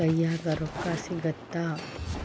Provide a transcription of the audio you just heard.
ಕೈಯ್ಯಾಗ ರೊಕ್ಕಾ ಸಿಗತ್ತಾ